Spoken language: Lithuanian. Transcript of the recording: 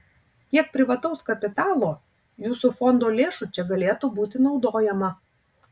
kiek privataus kapitalo jūsų fondo lėšų čia galėtų būti naudojama